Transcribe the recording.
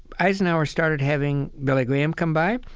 eisenhower started having billy graham come by.